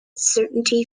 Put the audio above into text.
certainty